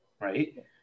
right